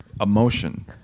Emotion